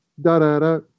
da-da-da